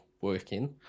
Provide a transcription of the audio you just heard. working